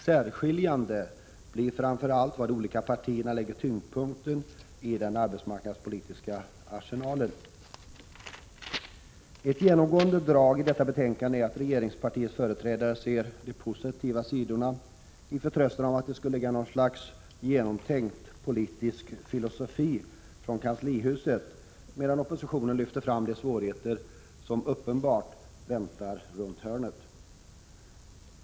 Särskiljande blir framför allt var de olika partierna lägger tyngdpunkten i den arbetsmarknadspolitiska arsenalen. Ett genomgående drag i detta betänkande är att regeringspartiets företrädare ser de positiva sidorna i förtröstan att det skulle finnas något slags genomtänkt politisk filosofi från kanslihuset, medan oppositionen lyfter fram de svårigheter som uppenbart väntar runt hörnet.